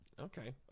Okay